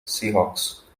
seahawks